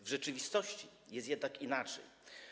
W rzeczywistości jest jednak inaczej.